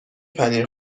پنیر